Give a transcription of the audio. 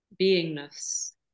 beingness